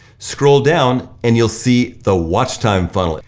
scroll down and you'll see the watch time funnel.